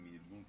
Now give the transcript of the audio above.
אדוני